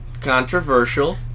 controversial